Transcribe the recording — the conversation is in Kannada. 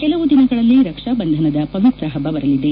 ಕೆಲವು ದಿನಗಳಲ್ಲಿ ರಕ್ಷಾಬಂಧನದ ಪವಿತ್ರ ಹಬ್ಬ ಬರಲಿದೆ